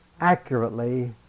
accurately